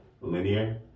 linear